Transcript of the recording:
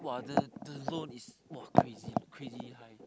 !wah! the the zone is !wah! crazy crazy high